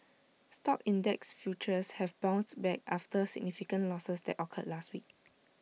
stock index futures have bounced back after significant losses that occurred last week